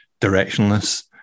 directionless